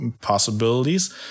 possibilities